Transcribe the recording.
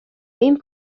این